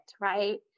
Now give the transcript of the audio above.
right